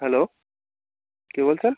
hello কে বলছেন